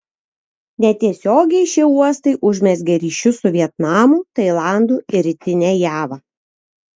netiesiogiai šie uostai užmezgė ryšius su vietnamu tailandu ir rytine java